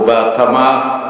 ובהתאמה,